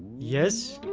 yes.